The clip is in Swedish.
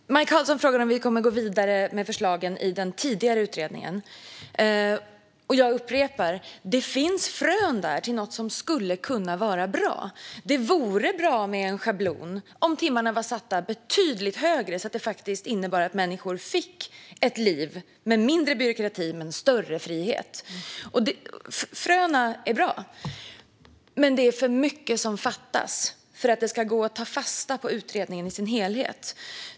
Fru talman! Maj Karlsson frågade om vi kommer att gå vidare med förslagen i den tidigare utredningen. Jag upprepar: Det finns frön där till något som skulle kunna vara bra. Det vore bra med en schablon - om timmarna var satta betydligt högre så att det faktiskt innebar att människor fick ett liv med mindre byråkrati men större frihet. Fröna är bra, men det är för mycket som fattas för att det ska gå att ta fasta på utredningen i sin helhet.